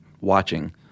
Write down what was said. watching